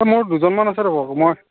এই মোৰ দুজনমান আছে ৰ'ব মই